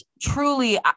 truly